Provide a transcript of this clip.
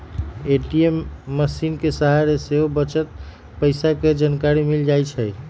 ATM मशीनके सहारे सेहो बच्चल पइसा के जानकारी मिल जाइ छइ